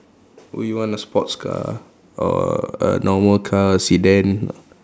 would you want a sports car or a normal car Sedan